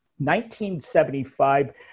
1975